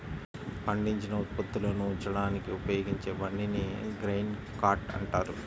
పండించిన ఉత్పత్తులను ఉంచడానికి ఉపయోగించే బండిని గ్రెయిన్ కార్ట్ అంటారు